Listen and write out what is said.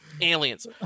Aliens